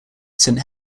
saint